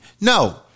no